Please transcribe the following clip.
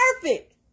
perfect